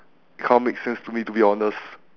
it kind of makes sense to me to be honest